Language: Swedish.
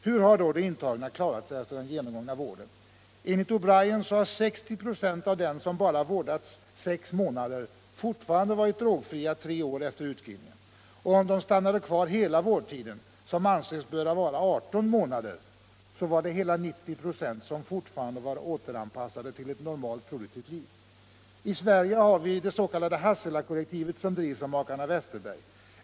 Hur har då de intagna klarat sig efter den genomgångna vården? Enligt O' Brian har 60 96 av dem som bara vårdats sex månader fortfarande varit drogfria tre år efter utskrivningen. Och om de stannade kvar hela vårdtiden — som man ansåg borde vara 18 månader — så var hela 90 96 fortfarande återanpassade till ett normalt produktivt liv. I Sverige har vi det s.k. Hasselakollektivet, som drivs av makarna Westerberg.